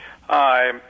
Hi